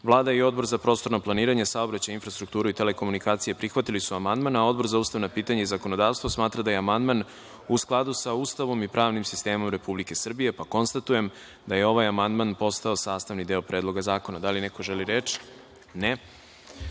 i Odbor za prostorno planiranje, saobraćaj, infrastrukturu i telekomunikacije prihvatili su amandman. Odbor za ustavna pitanja i zakonodavstvo smatra da je amandman u skladu sa Ustavom i pravnim sistemom Republike Srbije. Konstatujem da je ovaj amandman postao sastavni deo Predloga zakona. Da li neko želi reč?